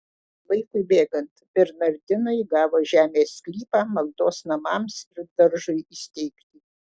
laikui bėgant bernardinai gavo žemės sklypą maldos namams ir daržui įsteigti